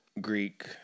Greek